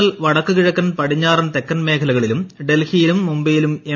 L വൂടക്കുംകിഴക്കൻ പടിഞ്ഞാറൻ തെക്കൻ മേഖലകളിലും ഡൽഹീയിലും മുംബൈയിലും എം